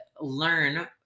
learn